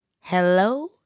hello